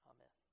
Amen